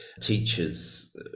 teachers